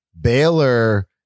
Baylor